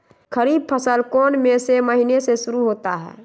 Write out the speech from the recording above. खरीफ फसल कौन में से महीने से शुरू होता है?